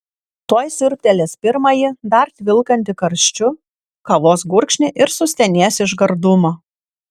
tuoj siurbtelės pirmąjį dar tvilkantį karščiu kavos gurkšnį ir sustenės iš gardumo